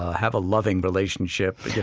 have a loving relationship,